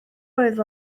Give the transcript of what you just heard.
oedd